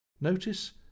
Notice